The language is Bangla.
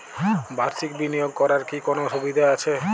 বাষির্ক বিনিয়োগ করার কি কোনো সুবিধা আছে?